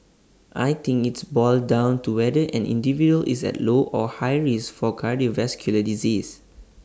I think its boils down to whether an individual is at low or high risk for cardiovascular disease